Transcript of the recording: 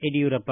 Yediyurappa